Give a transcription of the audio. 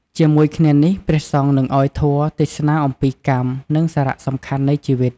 ជាមួយគ្នានេះ ព្រះសង្ឃនឹងឲ្យធម៌ ទេសនាអំពី កម្ម និងសារៈសំខាន់នៃជីវិត។